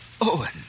Owen